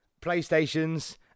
PlayStations